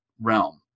realm